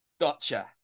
Gotcha